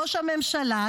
ראש הממשלה,